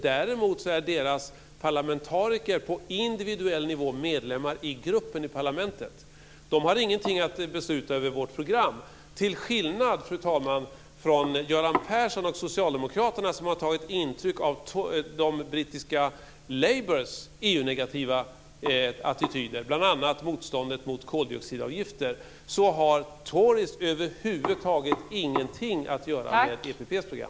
Däremot är deras parlamentariker på individuell nivå medlemmar i gruppen i parlamentet. Det kan inte besluta om vårt program. Till skillnad, fru talman, från Göran Persson och Socialdemokraterna som har tagit intryck av brittiska Labours EU-negativa attityder, bl.a. motståndet mot koldioxidavgifter så har Tories över huvud taget ingenting att göra med EPP:s program.